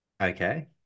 Okay